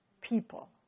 people